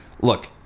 look